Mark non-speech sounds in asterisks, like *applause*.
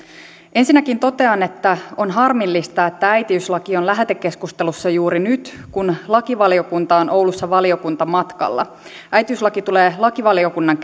ensinnäkin totean että on harmillista että äitiyslaki on lähetekeskustelussa juuri nyt kun lakivaliokunta on oulussa valiokuntamatkalla äitiyslaki tulee lakivaliokunnan *unintelligible*